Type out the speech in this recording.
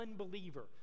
unbeliever